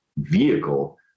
vehicle